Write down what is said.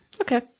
Okay